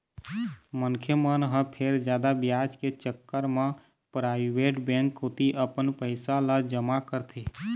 मनखे मन ह फेर जादा बियाज के चक्कर म पराइवेट बेंक कोती अपन पइसा ल जमा करथे